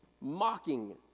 mocking